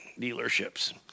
dealerships